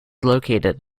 located